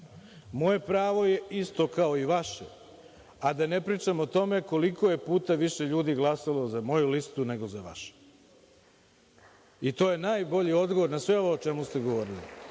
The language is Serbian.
Moje pravo je isto kao i vaše, a da ne pričam o tome koliko je puta više ljudi glasalo za moju listu nego za vašu i to je najbolji odgovor na sve ovo o čemu ste govorili. Mogu